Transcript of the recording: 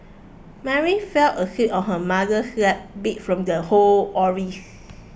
Mary fell asleep on her mother's lap beat from the whole